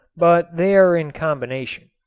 but they are in combination.